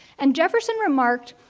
and jefferson remarked,